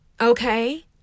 okay